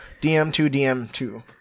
DM2DM2